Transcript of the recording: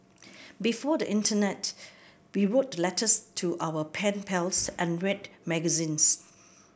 before the internet we wrote letters to our pen pals and read magazines